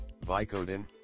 Vicodin